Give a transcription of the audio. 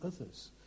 others